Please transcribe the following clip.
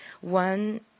One